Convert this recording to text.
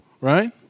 right